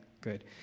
good